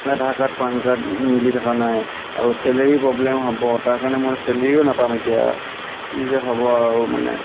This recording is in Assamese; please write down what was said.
আধাৰ কাৰ্ড পান কাৰ্ড মিলি থকা নাই আৰু চেলেৰি প্ৰব্লেম হ'ব তাৰ কাৰণে মই চেলেৰিও নাপাম এতিয়া কি যে হ'ব আৰু মানে